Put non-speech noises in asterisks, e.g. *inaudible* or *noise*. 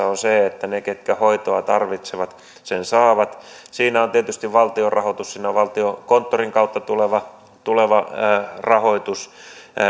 *unintelligible* on se että ne ketkä hoitoa tarvitsevat sen saavat siinä on tietysti valtion rahoitus siinä on valtiokonttorin kautta tuleva tuleva rahoitus